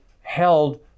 held